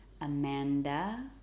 amanda